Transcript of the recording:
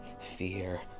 fear